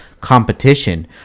competition